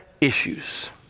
issues